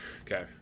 Okay